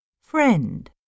Friend